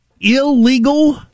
illegal